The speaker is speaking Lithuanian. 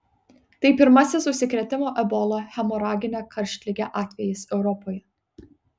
tai pirmasis užsikrėtimo ebola hemoragine karštlige atvejis europoje